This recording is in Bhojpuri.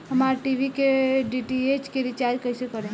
हमार टी.वी के डी.टी.एच के रीचार्ज कईसे करेम?